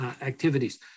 Activities